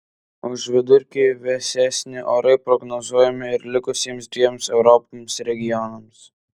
už vidurkį vėsesni orai prognozuojami ir likusiems dviem europos regionams